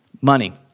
money